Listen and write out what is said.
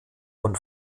und